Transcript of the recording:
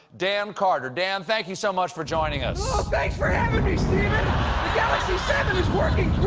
dan carter. dan, thank you so much for joining us. thanks for having me, stephen! the galaxy seven is working